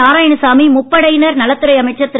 நாராயணசாமி முப்படையினர் நலத்துறை அமைச்சர் திரு